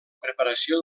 preparació